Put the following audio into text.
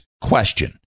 question